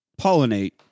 pollinate